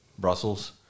Brussels